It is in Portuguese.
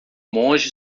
monge